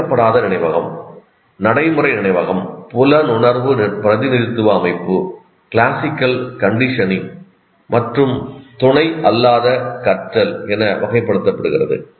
அறிவிக்கப்படாத நினைவகம் நடைமுறை நினைவகம் புலனுணர்வு பிரதிநிதித்துவ அமைப்பு கிளாசிக்கல் கண்டிஷனிங் மற்றும் துணை அல்லாத கற்றல் என வகைப்படுத்தப்படுகிறது